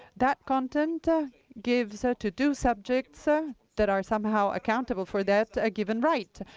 that content ah gives to due subjects ah that are somehow accountable for that a given right.